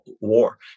war